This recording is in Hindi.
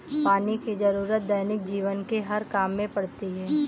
पानी की जरुरत दैनिक जीवन के हर काम में पड़ती है